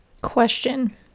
question